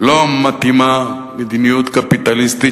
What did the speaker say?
לא מתאימה מדיניות קפיטליסטית